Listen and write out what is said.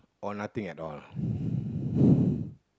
or nothing at all ah